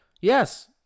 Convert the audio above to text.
yes